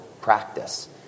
practice